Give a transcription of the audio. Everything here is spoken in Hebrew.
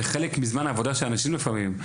זה חלק מזמן העבודה של אנשים לפעמים.